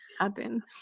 happen